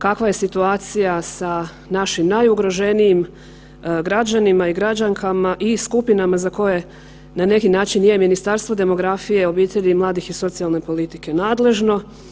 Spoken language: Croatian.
Kakva je situacija sa našim najugroženijim građanima i građankama i skupinama za koje na neki način je Ministarstvo demografije, obitelji i mladih i socijalne politike nadležno?